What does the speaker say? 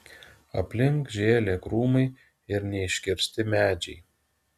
aplink žėlė krūmai ir neiškirsti medžiai